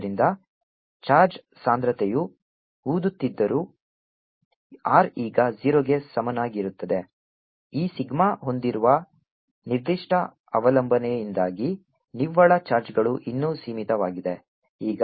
ಆದ್ದರಿಂದ ಚಾರ್ಜ್ ಸಾಂದ್ರತೆಯು ಊದುತ್ತಿದ್ದರೂ r ಈಗ 0 ಗೆ ಸಮಾನವಾಗಿರುತ್ತದೆ ಈ ಸಿಗ್ಮಾ ಹೊಂದಿರುವ ನಿರ್ದಿಷ್ಟ ಅವಲಂಬನೆಯಿಂದಾಗಿ ನಿವ್ವಳ ಚಾರ್ಜ್ಗಳು ಇನ್ನೂ ಸೀಮಿತವಾಗಿದೆ